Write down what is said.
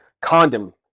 condom